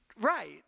right